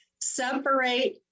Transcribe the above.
separate